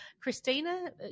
Christina